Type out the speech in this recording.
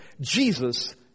Jesus